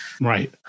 Right